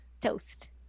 Toast